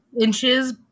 inches